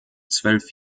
zwölf